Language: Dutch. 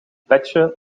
petje